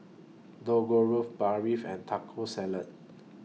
Dangojiru Barfi and Taco Salad